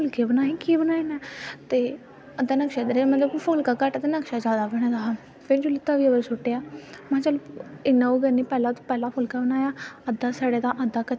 केईं बार अस बाहर जन्नै होटल दा इद्धर फिर ओह् बड़ी सोआदली ऐ ओह्कड़ी चीज़ बड़ी सोआदली ऐ ते केईं बारी जन्ने न ते खन्ने न